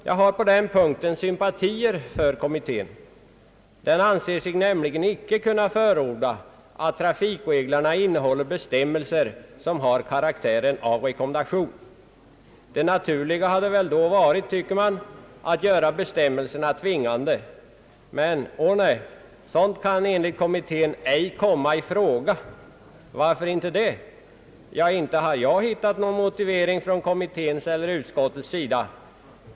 Jag har på den punkten sympatier för kommittén. Den anser sig nämligen inte kunna förorda att trafikreglerna innehåller bestämmelser som har karaktären av rekommendation. Det naturliga hade väl då varit, tycker man, att göra bestämmelsen tvingande. Men, ånej, sådant kan enligt kommittén ej komma i fråga! Varför inte det? Ja, inte har jag hittat någon motivering från kommitténs eller utskottets sida.